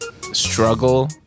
struggle